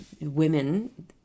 women